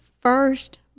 first